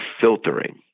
filtering